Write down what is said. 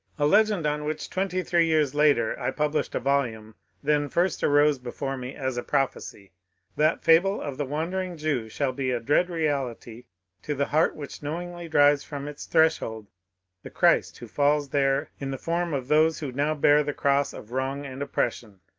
a legend on which twenty-three years later i published a volume then first arose before me as a prophecy that fable of the wandering jew shall be a dread reality to the heart which knowingly drives from its threshold the christ who falls there in the form of those who now bear the cross of wrong and oppression,